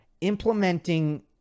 implementing